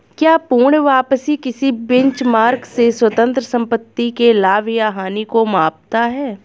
क्या पूर्ण वापसी किसी बेंचमार्क से स्वतंत्र संपत्ति के लाभ या हानि को मापता है?